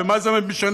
ומה זה משנה?